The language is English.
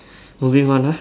moving on ah